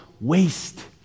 waste